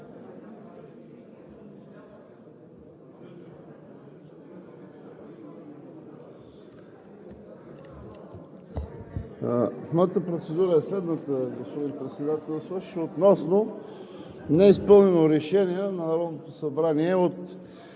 Моята процедура е следната, господин Председател, относно неизпълнено Решение на Народното събрание от